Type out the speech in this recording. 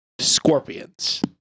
Scorpions